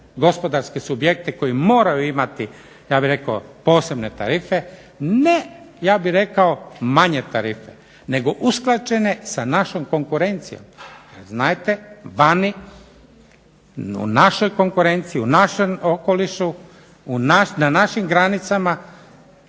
gospodarske subjekte koji moraju imati posebne tarife, ja bih rekao ne manje tarife nego usklađene sa našom konkurencijom, jer znajte vani u našoj konkurenciji, u našem okolišu, na našim granicama,